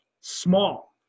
small